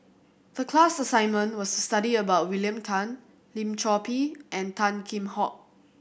the class assignment was to study about William Tan Lim Chor Pee and Tan Kheam Hock